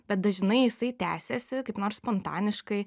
bet dažnai jisai tęsiasi kaip nors spontaniškai